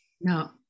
no